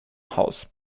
haus